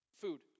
Food